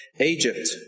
Egypt